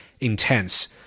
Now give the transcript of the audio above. intense